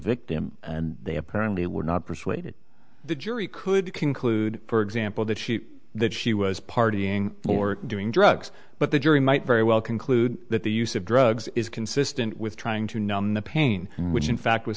victim and they apparently were not persuaded the jury could could conclude for example that she that she was partying or doing drugs but the jury might very well conclude that the use of drugs is consistent with trying to numb the pain which in fact w